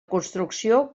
construcció